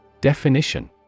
Definition